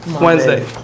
Wednesday